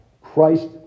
Christ